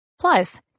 Plus